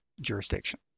jurisdiction